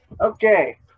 Okay